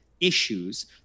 issues